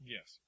Yes